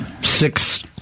six